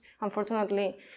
unfortunately